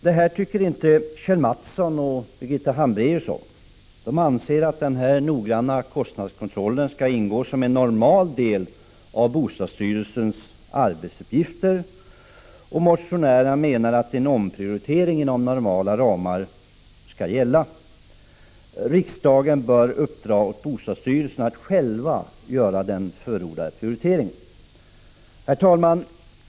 Detta tycker inte Kjell Mattsson och Birgitta Hambraeus om. De anser att den noggranna kostnadskontrollen skall ingå som en normal del av bostadsstyrelsens arbetsuppgifter. Motionärerna menar att en omprioritering inom normala ramar skall gälla. Riksdagen bör uppdra åt bostadsstyrelsen att själv göra den förordade prioriteringen. Herr talman!